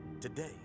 Today